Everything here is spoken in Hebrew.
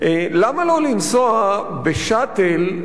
למה לו לנסוע ב"שאטל",